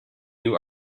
new